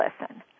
listen